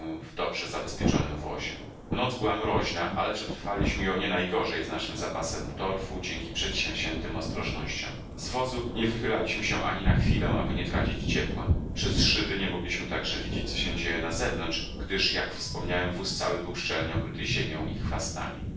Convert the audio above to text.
dobrze zabezpieczonym wozie noc była mroźna ale przetrwaliśmy ją nie najgorzej z naszym zapasem torfu dzięki przedsięwziętym ostrożnościom z wozu nie wychylaliśmy się ani na chwilę aby nie tracić ciepła przez szyby nie mogliśmy także widzieć co się dzieje na zewnątrz gdyż jak wspomniałem wóz cały był szczelnie okryty ziemią i chwastami